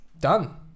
done